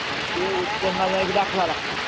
आणि ते उत्पन्नचा एक दाखला लागतो